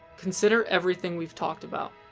consider everything we've talked about,